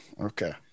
Okay